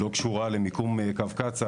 לא קשורה למיקום קו קצא"א.